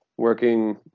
working